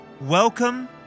Welcome